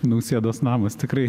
nausėdos namas tikrai